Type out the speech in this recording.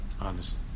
honest